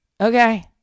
okay